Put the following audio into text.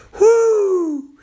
whoo